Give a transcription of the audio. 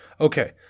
Okay